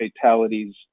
fatalities